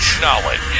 knowledge